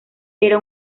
era